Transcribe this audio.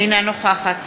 אינה נוכחת